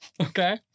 Okay